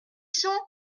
cents